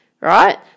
right